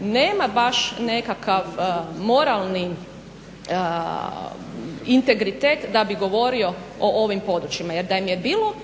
nema baš nekakav moralni integritet da bi govorio o ovim područjima. Jer da im je bilo